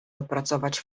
opracować